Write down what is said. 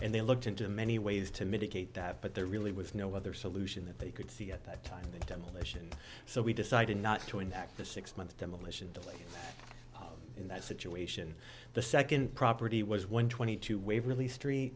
they looked into many ways to mitigate that but there really was no other solution that they could see at that time the demolition so we decided not to enact the six month demolition delay in that situation the second property was one twenty two waverly street